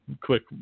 quick